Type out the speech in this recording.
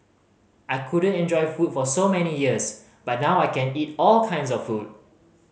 I couldn't enjoy food for so many years but now I can eat all kinds of food